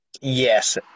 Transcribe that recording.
Yes